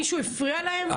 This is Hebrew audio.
מישהו הפריע להם?